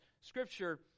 scripture